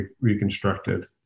reconstructed